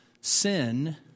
sin